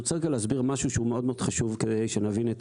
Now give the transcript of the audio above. אני רוצה להסביר משהו שמאוד מאוד חשוב כדי שנבין.